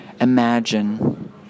imagine